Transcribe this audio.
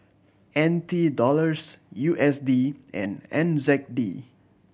N T Dollars U S D and N Z D